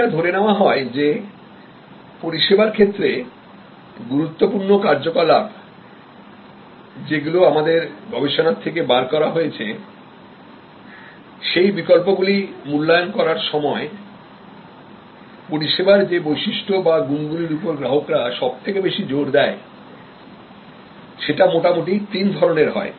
এখন এটা ধরে নেওয়া হয় যে পরিষেবার ক্ষেত্রে গুরুত্বপূর্ণ কার্যকলাপ যেগুলি আমাদের গবেষণা থেকে বার করা হয়েছে সেই বিকল্পগুলি মূল্যায়ন করার সময় পরিষেবার যে বৈশিষ্ট্য বা গুনগুলির উপর গ্রাহকরা সব থেকে বেশি জোর দেয় সেটা মোটামুটি তিন ধরনের হয়